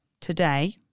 today